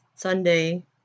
Sunday